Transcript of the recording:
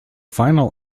final